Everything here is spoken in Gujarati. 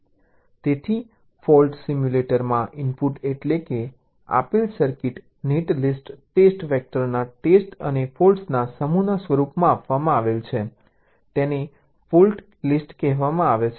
તેથી ફોલ્ટ સિમ્યુલેટરમાં ઇનપુટ એટલેકે આપેલ સર્કિટ નેટલિસ્ટ ટેસ્ટ વેક્ટરના સેટ અને ફોલ્ટના સમૂહના સ્વરૂપમાં આપવામાં આવેલ છે તેને ફોલ્ટ લિસ્ટ કહેવામાં આવે છે